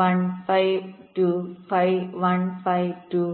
1 phi 2 phi 1 phi 2phi 1 and phi 2 phi 1 and phi 2